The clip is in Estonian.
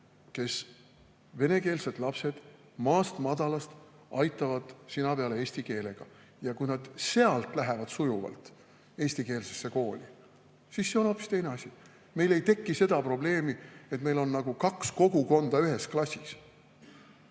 kes venekeelsed lapsed maast madalast aitaksid sina peale eesti keelega. Ja kui lapsed sealt lähevad sujuvalt eestikeelsesse kooli, siis see on hoopis teine asi. Meil ei teki seda probleemi, et meil on kaks kogukonda ühes klassis.